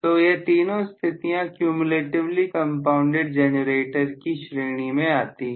तो यह तीनों स्थितियां क्यूम्यूलेटिवली कंपाउंडेड जेनरेटर की श्रेणी में आती है